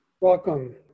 Welcome